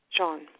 John